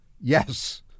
Yes